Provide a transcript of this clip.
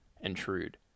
intrude